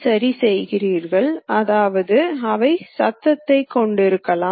குறிப்பிடப்பட்டுள்ள புள்ளிகள் மற்றும் ஒருங்கிணைப்புகளை இரண்டு வழிகளில் குறிப்பிடலாம்